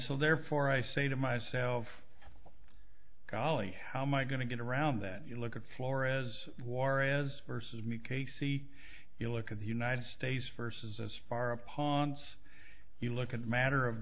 so therefore i say to myself golly how my going to get around that you look at flores warres versus me casey you look at the united states versus as far upon its you look at the matter of